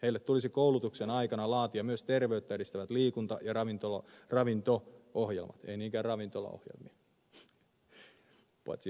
heille tulisi koulutuksen aikana laatia myös terveyttä edistävät liikunta ja ravinto ohjelmat ei niinkään ravintolaohjelmia paitsi jos on terveysravintola